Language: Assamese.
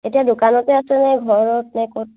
এতিয়া দোকানতে আছেনে ঘৰত নে ক'ত